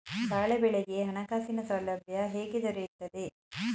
ಬಾಳೆ ಬೆಳೆಗೆ ಹಣಕಾಸಿನ ಸೌಲಭ್ಯ ಹೇಗೆ ದೊರೆಯುತ್ತದೆ?